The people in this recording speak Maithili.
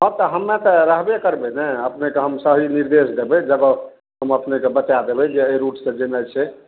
हँ तऽ हमे तऽ रहबे करबय ने अपनेके हम सही निर्देश देबय जगह हम अपनेके बता देबय जे अइ रूटसँ जेनाइ छै